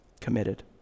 committed